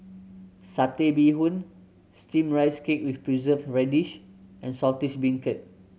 Satay Bee Hoon Steamed Rice Cake with Preserved Radish and Saltish Beancurd